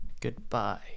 Goodbye